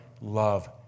love